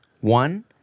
One